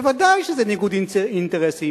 בוודאי שזה ניגוד אינטרסים.